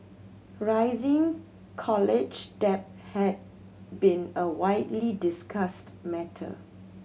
rising college debt has been a widely discussed matter